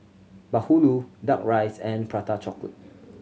bahulu Duck Rice and Prata Chocolate